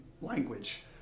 language